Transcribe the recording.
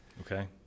Okay